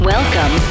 Welcome